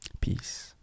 Peace